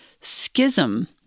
schism